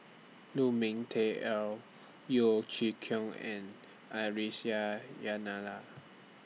Lu Ming Teh Earl Yeo Chee Kiong and